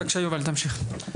בבקשה יובל, תמשיך.